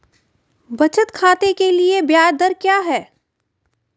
बचत खाते के लिए ब्याज दर क्या है?